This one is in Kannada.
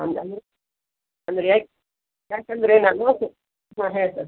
ಅಂದ್ ಅಂದರೆ ಅಂದರೆ ಯಾಕೆ ಯಾಕೆಂದರೆ ನಾನು ಹಾಂ ಹೇಳಿ ಸರ್